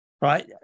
right